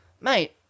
mate